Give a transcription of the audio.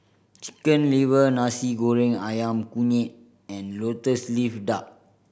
Chicken Liver Nasi Goreng Ayam Kunyit and Lotus Leaf Duck